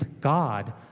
God